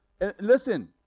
Listen